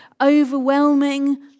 overwhelming